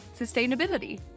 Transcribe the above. sustainability